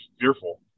fearful